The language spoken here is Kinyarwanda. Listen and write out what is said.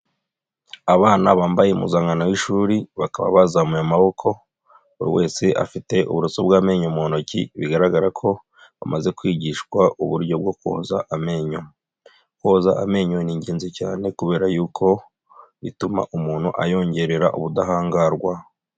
Abana bambaye impuzankano y'ishuri, bakaba bazamuye amaboko, buri wese afite uburoso bw'amenyo mu ntoki, bigaragara ko bamaze kwigishwa uburyo bwo koza amenyo. Koza amenyo ni ingenzi cyane kubera y'uko bituma umuntu ayongerera ubudahangarwa.